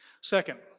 Second